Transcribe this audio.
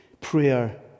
prayer